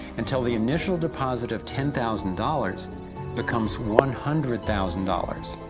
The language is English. until the initial deposit of ten thousand dollars becomes one hundred thousand dollars.